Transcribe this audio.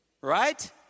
right